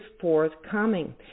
forthcoming